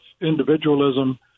individualism